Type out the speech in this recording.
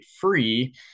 free